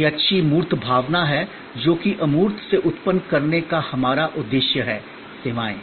यह अच्छी मूर्त भावना है जो कि अमूर्त से उत्पन्न करने का हमारा उद्देश्य है सेवाएं